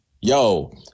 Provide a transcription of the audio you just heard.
Yo